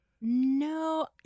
No